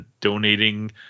donating